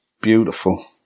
beautiful